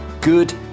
good